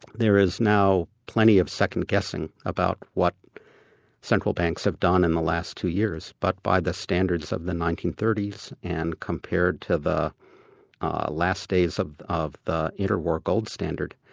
there is now plenty of second-guessing about what central banks have done in the last two years, but by the standards of the nineteen thirty s, and compared to the last days of of the interwar gold standard,